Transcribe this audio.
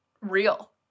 real